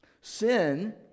Sin